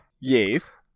Yes